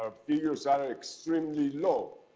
our fears are extremely low.